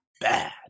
bad